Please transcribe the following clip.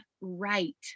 right